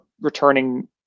returning